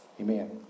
amen